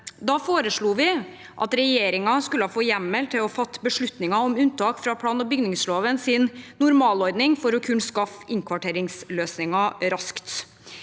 Da foreslo vi at regjeringen skulle få hjemmel til å fatte beslutninger om unntak fra plan- og bygningslovens normalordning for å kunne skaffe innkvarteringsløsninger raskt.